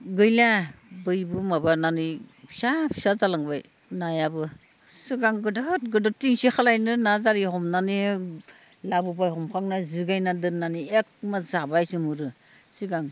गैला बैबो माबानानै फिसा फिसा जालांबाय नायाबो सिगां गिदिर गिदिर थिखसि खालामनो होन्ना जारि हमनानै लाबोबाय हमखांना जिगायनाय दोन्नानै एकमा जाबाय जिमुरु सिगां